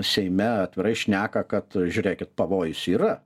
seime atvirai šneka kad žiūrėkit pavojus yra